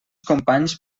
companys